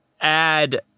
add